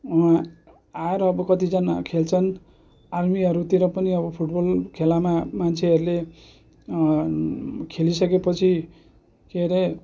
आएर अब कतिजना खेल्छन् आर्मीहरूतिर पनि अब फुटबल खेलामा मान्छेहरूले खेलिसकेपछि के अरे